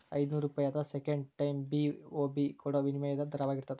ಐನೂರೂಪಾಯಿ ಆದ್ರ second time BOB ಕೊಡೋ ವಿನಿಮಯ ದರದಾಗಿರ್ತದ